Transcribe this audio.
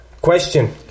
question